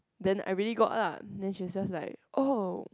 then I really got lah then she's just like oh